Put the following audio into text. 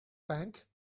bank